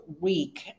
week